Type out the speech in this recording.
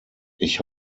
ich